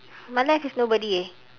my left is nobody eh